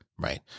Right